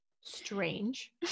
Strange